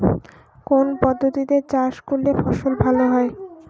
কোন পদ্ধতিতে চাষ করলে ফসল ভালো হয়?